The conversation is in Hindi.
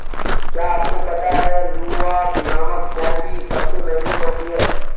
क्या आपको पता है लूवाक नामक कॉफ़ी सबसे महंगी कॉफ़ी है?